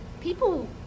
people